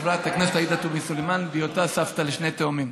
לחברת הכנסת עאידה תומא סלימאן על היותה סבתא לשני תאומים.